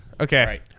Okay